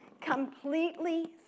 completely